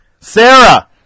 Sarah